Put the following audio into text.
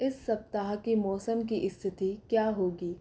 इस सप्ताह की मौसम की स्थिति क्या होगी